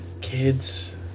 Kids